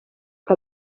que